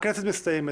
הכנסת מסתיימת,